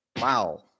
Wow